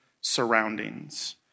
surroundings